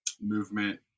movement